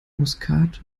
muskat